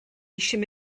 eisiau